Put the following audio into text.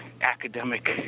academic